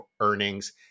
earnings